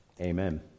Amen